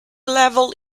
level